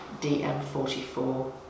DM44